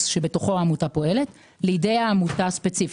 שבתוכו העמותה פועלת לידי העמותה הספציפית.